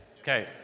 Okay